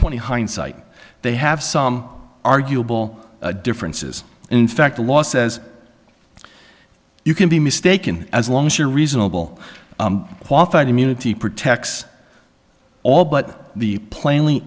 twenty hindsight they have some arguable differences in fact the law says you can be mistaken as long as your reasonable qualified immunity protects all but the plainly